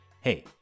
Hey